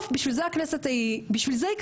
בשביל זה הכנסת קיימת.